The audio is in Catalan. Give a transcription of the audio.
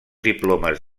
diplomes